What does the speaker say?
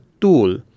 tool